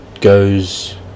goes